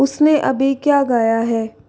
उसने अभी क्या गाया है